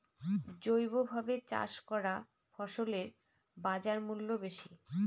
জৈবভাবে চাষ করা ফসলের বাজারমূল্য বেশি